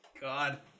god